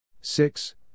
six